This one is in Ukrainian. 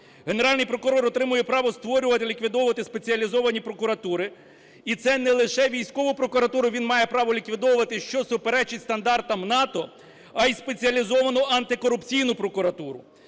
Генеральний прокурор отримує право створювати, ліквідовувати спеціалізовані прокуратури, і це не лише військову прокуратуру він має право ліквідовувати, що суперечить стандартам НАТО, а і Спеціалізовану антикорупційну прокуратуру,